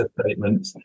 statement